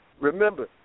Remember